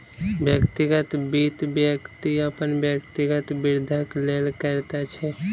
व्यक्तिगत वित्त, व्यक्ति अपन व्यक्तिगत वृद्धिक लेल करैत अछि